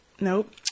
Nope